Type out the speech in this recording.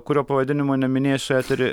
kurio pavadinimo neminėsiu etery